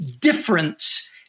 difference